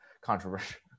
controversial